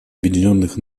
объединенных